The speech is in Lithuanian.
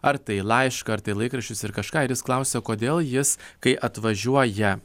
ar tai laišką ar tai laikraščius ir kažką jis klausia kodėl jis kai atvažiuoja